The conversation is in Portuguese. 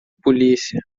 polícia